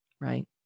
right